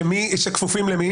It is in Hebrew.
שכפופים למי?